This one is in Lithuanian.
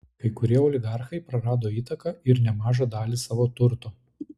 kai kurie oligarchai prarado įtaką ir nemažą dalį savo turto